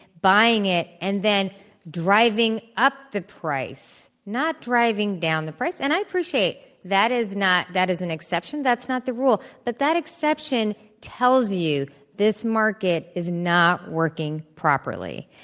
buying it, and then driving up the price, not driving down the price. and i appreciate that is not that is an exception, that's not the rule, but that exception tells you this market is not working properly.